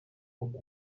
kuko